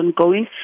ongoing